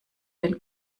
den